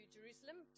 Jerusalem